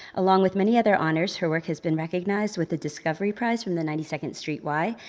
along with many other honors, her work has been recognized with the discovery prize from the ninety second street y.